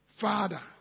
Father